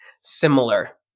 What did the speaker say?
similar